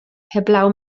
heblaw